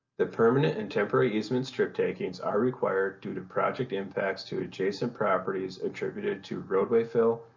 the permanent and temporary easement strip takings are required due to project impacts to adjacent properties attributed to roadway fill,